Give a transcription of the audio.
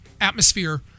atmosphere